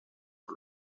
por